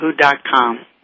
yahoo.com